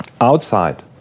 outside